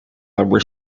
number